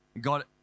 God